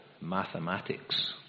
mathematics